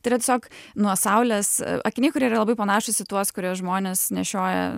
tai yra tiesiog nuo saulės akiniai kurie yra labai panašūs į tuos kuriuos žmonės nešioja